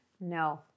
no